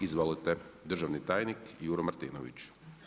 Izvolite, državni tajnik Juro Martinović.